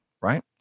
right